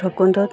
ভৈৰৱকুণ্ডত